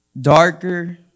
darker